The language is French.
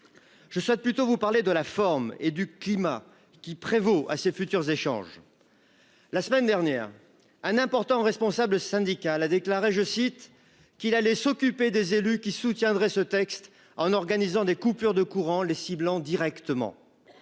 Je souhaite plutôt vous parler de la forme et du climat qui prévaut à ses futurs échanges. La semaine dernière. Un important responsable syndical a déclaré, je cite qu'il allait s'occuper des élus qui soutiendrait ce texte en organisant des coupures de courant les ciblant directement.